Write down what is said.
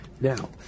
Now